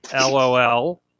LOL